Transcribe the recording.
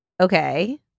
okay